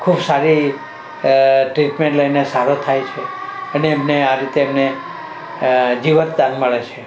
ખૂબ સારી ટ્રીટમેન્ટ લઈને સારો થાય છે અને એમને આ રીતે એમને જીવન દાન મળે છે